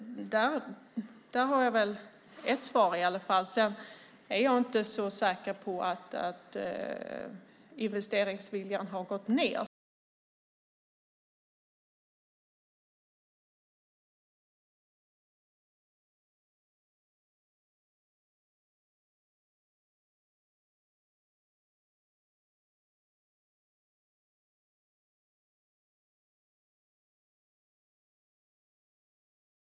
Där har jag ett svar i alla fall. Jag är inte så säker på att investeringsviljan har gått ned, som Per Bolund säger. Det vill jag nog lämna öppet. Jag har också hört att den skulle gå åt andra hållet. Samtidigt vet man att när börsen faller minskar också viljan att investera. Det gör att det därför generellt kan finnas mindre av riskvilligt kapital nu. Jag hade ett antal förslag på hur vi skulle kunna öka möjligheterna att skapa mer riskkapital. Detta ses också över. Jag sade att om det finns bra förslag på hur staten kan främja företagande utan att vi gör riskkapitalisternas och bankernas jobb så är jag öppen för att se över goda lösningar.